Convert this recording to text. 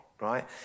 right